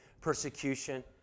persecution